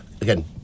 again